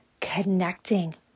connecting